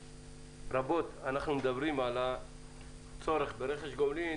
רבות אנחנו מדברים על הצורך ברכש גומלין